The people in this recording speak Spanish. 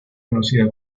conocida